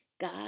God